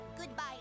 Goodbye